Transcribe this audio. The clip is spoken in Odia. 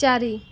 ଚାରି